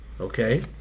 Okay